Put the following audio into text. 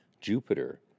Jupiter